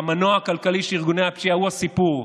המנוע הכלכלי של ארגוני הפשיעה הוא הסיפור.